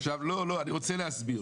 אני רוצה להסביר.